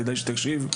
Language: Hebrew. כדאי שתקשיב.